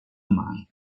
mai